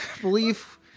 Belief